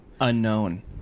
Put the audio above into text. Unknown